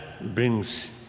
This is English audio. brings